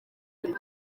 mibi